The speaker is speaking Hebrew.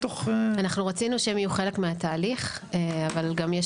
אנחנו רצינו שהם יהיו חלק מהתהליך אבל גם יש